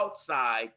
outside